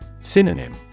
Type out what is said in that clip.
Synonym